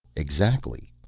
exactly!